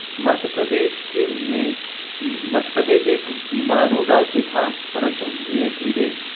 मध्य प्रदेश के में मध्य प्रदेश एक बीमारू राज्य था परंतु धीरे धीरे